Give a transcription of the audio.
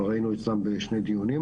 כבר היינו אצלם בשני דיונים,